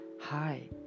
hi